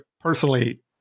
Personally